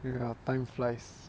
ya time flies